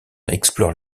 explore